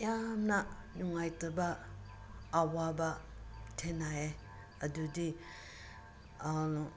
ꯌꯥꯝꯅ ꯅꯨꯡꯉꯥꯏꯇꯕ ꯑꯋꯥꯕ ꯊꯦꯡꯅꯩꯌꯦ ꯑꯗꯨꯗꯤ